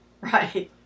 Right